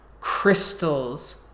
crystals